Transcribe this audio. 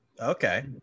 Okay